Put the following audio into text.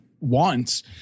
wants